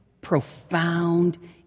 profound